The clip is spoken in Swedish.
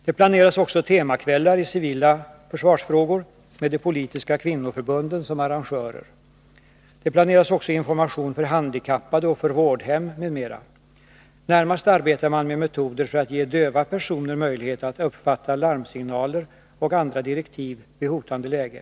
Det planeras också temakvällar i civila försvarsfrågor med de politiska kvinnoförbunden som arrangörer. Det planeras vidare information för handikappade och för dem som vistas på vårdhem m.m. Närmast arbetar man med metoder för att ge döva personer möjlighet att uppfatta larmsignaler och andra direktiv vid hotande läge.